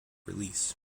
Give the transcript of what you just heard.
release